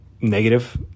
negative